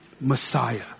Messiah